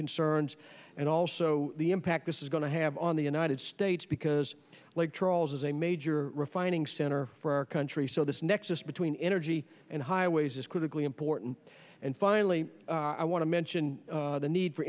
concerns and also the impact this is going to have on the united states because lake charles is a major refining center for our country so this nexus between energy and highways is critically important and finally i want to mention the need for